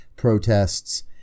protests